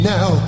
Now